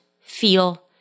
feel